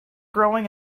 growing